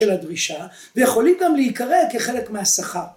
‫של הדרישה, ויכולים גם ‫להיקרא כחלק מהשכר.